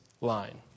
line